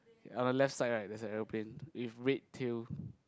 our left side right there's an aeroplane if red tail